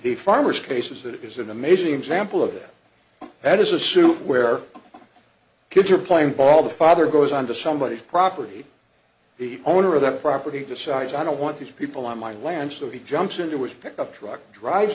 the farmers cases that is an amazing example of that that is a suit where kids are playing ball the father goes on to somebody's property the owner of that property decides i don't want these people on my land so he jumps into his pickup truck driv